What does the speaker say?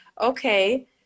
okay